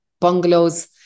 bungalows